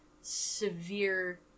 severe